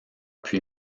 puis